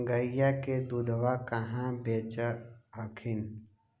गईया के दूधबा कहा बेच हखिन?